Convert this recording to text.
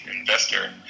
investor